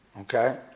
Okay